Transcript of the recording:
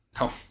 No